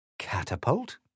Catapult